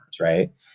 Right